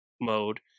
mode